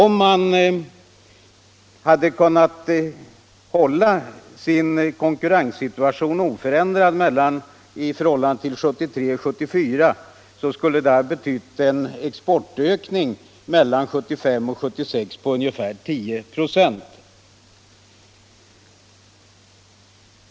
Om man däremot hade kunnat hålla sin konkurrenssituation oförändrad i förhållande till åren 1973 och 1974, skulle det ha kunnat betyda en exportökning mellan 1975 och 1976 på ungefär 10 "0.